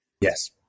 yes